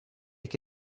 che